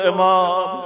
Imam